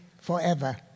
forever